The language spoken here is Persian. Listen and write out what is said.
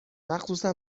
مخصوصا